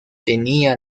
tenía